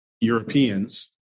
Europeans